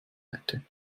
hätte